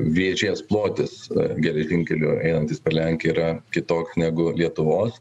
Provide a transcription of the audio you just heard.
vėžės plotis geležinkeliu einantis per lenkiją yra kitoks negu lietuvos